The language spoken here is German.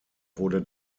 wurde